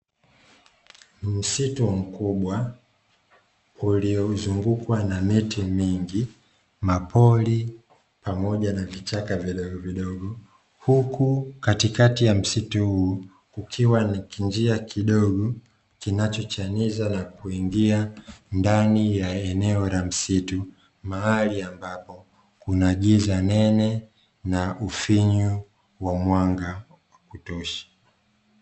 Msitu mkubwa waliouzungukwa na miti mingi mapori pamoja na vichaka vinavyo vidogo huku katikati ya msitu ukiwa ni njia kidogo kinachochangiza na kuingia ndani ya eneo la msitu mahali ambapo kuna giza nene na ufinyu wa mwanga wa kutosha.